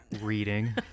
reading